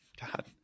God